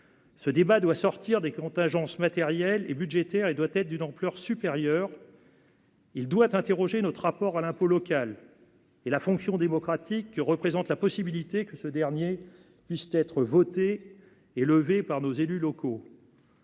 ce débat doit sortir des contingences matérielles et budgétaires et doit être d'une ampleur supérieure. Il doit interroger notre rapport à l'impôt local et la fonction démocratique que représente la possibilité que ce dernier puisse être votée par nos élus locaux.